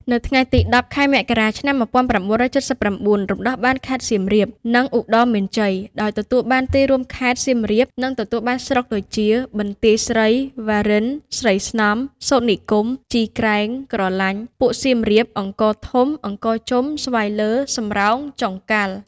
នៅថ្ងៃទី ១០ ខែមករា ឆ្នាំ ១៩៧៩ រំដោះបានខេត្តសៀមរាប និងឧត្តរមានជ័យ ដោយទទួលបានទីរួមខេត្ត សៀមរាប និងទទួលបានស្រុកដូចជា បន្ទាយស្រី វ៉ារិន ស្រីស្នំ សូត្រនិគម ជីក្រែង ក្រឡាញ់ ពួក សៀមរាប អង្គរធំ អង្គរជុំ ស្វាយលើ សំរោង ចុងកាល់។